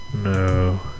No